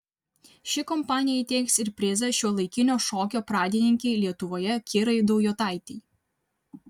ši kompanija įteiks ir prizą šiuolaikinio šokio pradininkei lietuvoje kirai daujotaitei